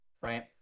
right